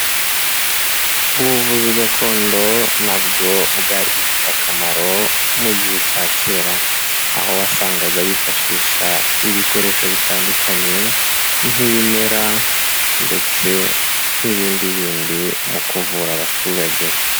Ubuvuzi gakondo nabwo bwari bufite akamaro mu gihe cya kera, aho wasangaga bifashisha ibikoresho bitandukanye nk'ibimera ndetse n'ibindi bindi mu kuvura abaturage.